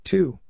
Two